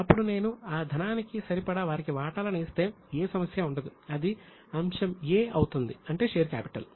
అప్పుడు నేను ఆ ధనానికి సరిపడా వారికి వాటాలను ఇస్తే ఏ సమస్య ఉండదు అది అంశం 'a' అవుతుంది అంటే షేర్ కాపిటల్